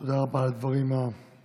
תודה רבה על הדברים המרגשים